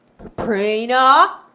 Prina